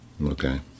Okay